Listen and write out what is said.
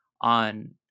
on